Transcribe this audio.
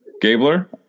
Gabler